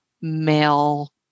male